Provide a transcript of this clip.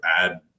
add